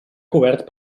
cobert